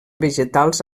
vegetals